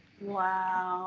Wow